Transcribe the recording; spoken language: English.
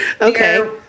Okay